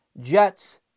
jets